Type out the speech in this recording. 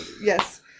yes